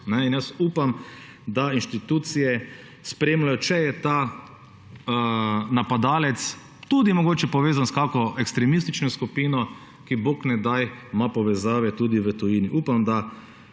Upam, da inštitucije spremljajo, če je ta napadalec tudi mogoče povezan s kakšno ekstremistično skupino, ki ima bog ne daj povezave tudi v tujini. Upam, da